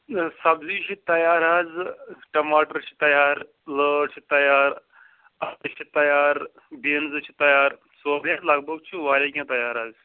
سبزی چھِ تَیار حظ ٹماٹر چھِ تَیار لٲر چھِ تَیار اَل تہِ چھِ تَیار بیٖنزٕ چھِ تَیار سورُے حظ لگ بگ چھُ واریاہ کیٚنٛہہ تَیار حظ